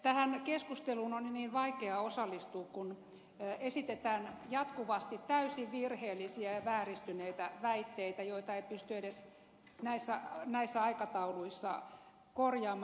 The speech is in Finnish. tähän keskusteluun on niin vaikea osallistua kun esitetään jatkuvasti täysin virheellisiä ja vääristyneitä väitteitä joita ei pysty edes näissä aikatauluissa korjaamaan